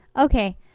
okay